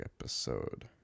episode